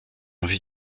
envie